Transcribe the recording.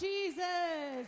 Jesus